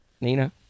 Nina